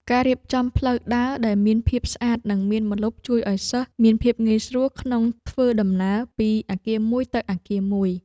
ការរៀបចំផ្លូវដើរដែលមានភាពស្អាតនិងមានម្លប់ ជួយឱ្យសិស្សមានភាពងាយស្រួលក្នុងធ្វើដំណើរពីអគារមួយទៅអគារមួយ។